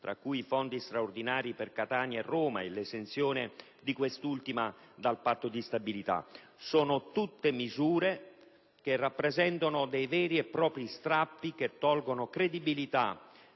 tra cui i fondi straordinari per Catania e Roma e l'esenzione di quest'ultima dal Patto di stabilità. Sono tutte misure che rappresentano veri e propri strappi, che tolgono credibilità